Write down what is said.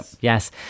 Yes